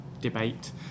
debate